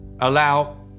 allow